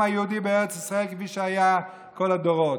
היהודי בארץ ישראל כפי שהיה כל הדורות,